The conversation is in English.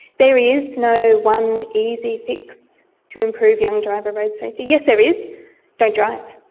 there is no one easy fix to improve young driver road safety. yes there is don't drive.